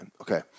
Okay